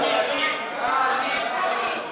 אדוני היושב-ראש,